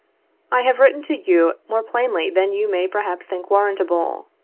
i have written to you more plainly than you may perhaps think warrantable.